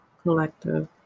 collective